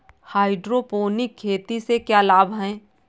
Hydroponic खेती से क्या लाभ हैं?